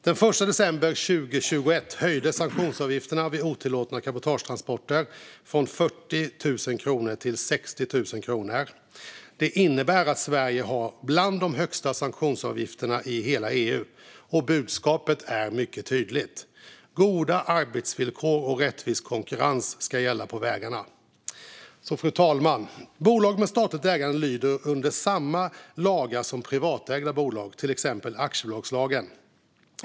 Den 1 december 2021 höjdes sanktionsavgiften vid otillåtna cabotagetransporter från 40 000 kronor till 60 000 kronor. Det innebär att Sverige har bland de högsta sanktionsavgifterna i hela EU. Budskapet är mycket tydligt. Goda arbetsvillkor och rättvis konkurrens ska gälla på vägarna. Fru talman! Bolag med statligt ägande lyder under samma lagar som privatägda bolag, till exempel aktiebolagslagen.